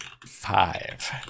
five